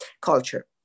culture